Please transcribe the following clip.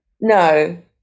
No